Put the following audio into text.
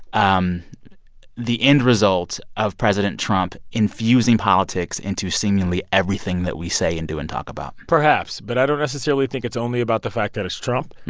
um the end result of president trump infusing politics into seemingly everything that we say and do and talk about? perhaps. but i don't necessarily think it's only about the fact that it's trump.